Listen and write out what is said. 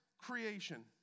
creation